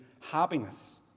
happiness